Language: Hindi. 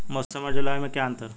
मौसम और जलवायु में क्या अंतर?